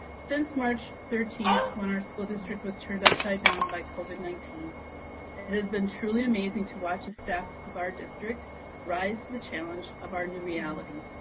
since march thirteenth when our school district was turned upside down by covid nineteen it has been truly amazing to watch the staff of our district rise to the challenge of our new reality,